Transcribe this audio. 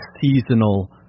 seasonal